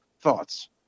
thoughts